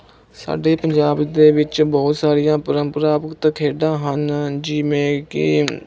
ਸਾਡੇ ਪੰਜਾਬ ਦੇ ਵਿੱਚ ਬਹੁਤ ਸਾਰੀਆਂ ਪ੍ਰੰਪਰਾਗਤ ਖੇਡਾਂ ਹਨ ਜਿਵੇਂ ਕਿ